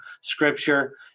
scripture